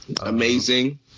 Amazing